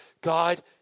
God